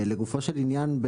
לגופו של עניין,